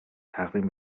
تقدیم